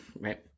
right